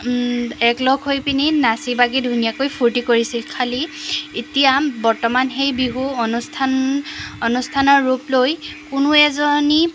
একলগ হৈ পিনি নাচি বাগি ধুনীয়াকৈ ফূৰ্তি কৰিছিল খালি এতিয়া বৰ্তমান সেই বিহু অনুষ্ঠান অনুষ্ঠানৰ ৰূপ লৈ কোনো এজনী